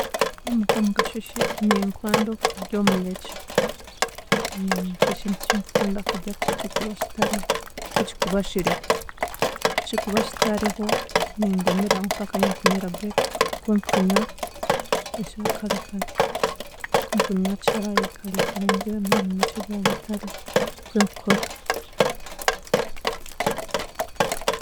Niimuka omukasheeshe ninkunda okudya omunekye, nikyo kintu kinkukuda kudya kukikuba kitariho, kukikuba kiriho, kukikuba kitariho ningumiraho mpaka ahikunywera breakfa kunkunwya ekyakarekare, skukunywa chai karekare mbwenu omunekye gwagutariho nikwenkukora.